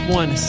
one